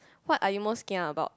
what are you most kia about